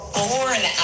born